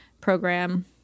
program